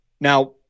Now